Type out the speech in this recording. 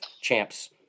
champs